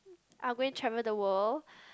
I'm going travel the world